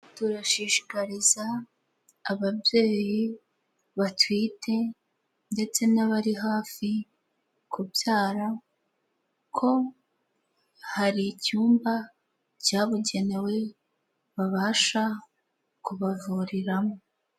Turashishikariza ababyeyi batwite ndetse n'abari hafi kubyara ko hari icyumba cyabugenewe babasha kubavuriramo.